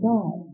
God